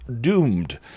Doomed